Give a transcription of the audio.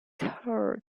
heard